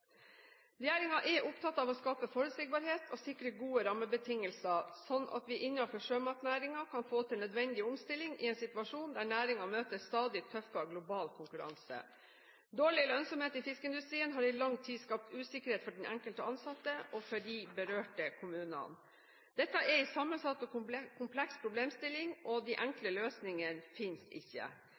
er opptatt av å skape forutsigbarhet og å sikre gode rammebetingelser, slik at vi innenfor sjømatnæringen kan få til nødvendig omstilling i en situasjon der næringen møter stadig tøffere global konkurranse. Dårlig lønnsomhet i fiskeindustrien har i lang tid skapt usikkerhet for den enkelte ansatte og for de berørte kommunene. Dette er en sammensatt og kompleks problemstilling, de enkle løsningene finnes ikke.